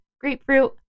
grapefruit